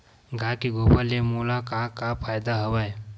गाय के गोबर ले मोला का का फ़ायदा हवय?